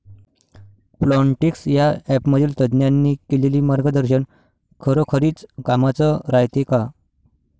Plantix या ॲपमधील तज्ज्ञांनी केलेली मार्गदर्शन खरोखरीच कामाचं रायते का?